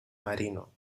marino